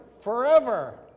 forever